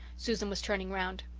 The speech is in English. susan was turning round.